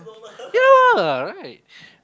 yeah right